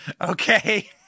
Okay